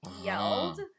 yelled